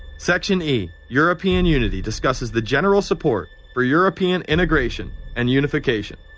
section e, european unity, discusses the general support for european integration and unification,